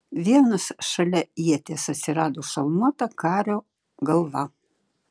vienas šalia ieties atsirado šalmuota kario galva